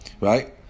right